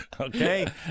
Okay